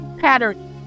pattern